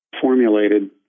formulated